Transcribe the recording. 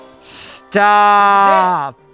Stop